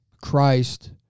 christ